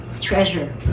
treasure